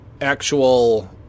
actual